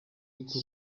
kuko